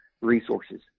resources